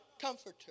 Comforter